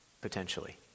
potentially